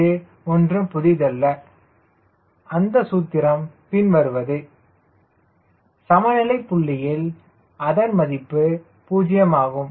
இது ஒன்றும் புதிதல்ல அது சூத்திரம் பின்வருவது Cma0 சமநிலை புள்ளியில் அதன் மதிப்பு 0 ஆகும்